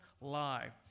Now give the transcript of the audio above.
lie